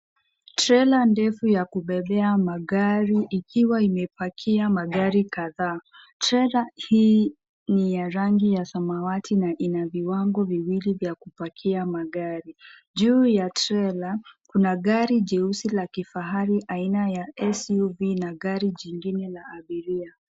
Trela ndefu ya kubebea magari ikiwa imepakia magari kadhaa. Trela hii ni ya rangi ya samawati na ina viwango viwili vya kupakia magari. Juu ya trela kuna gari jeusi la kifahari aina ya SUV na gari jingine la abiria.